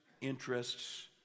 interests